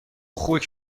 خوک